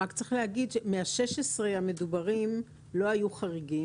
רק צריך להגיד שמה-16 המדוברים לא היו חריגים.